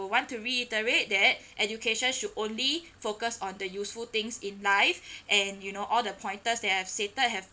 I want to reiterate that education should only focus on the useful things in life and you know all the pointers that I have stated have